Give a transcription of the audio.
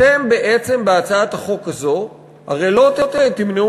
אתם בעצם בהצעת החוק הזאת הרי לא תמנעו